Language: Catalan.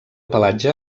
pelatge